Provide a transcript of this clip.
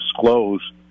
disclose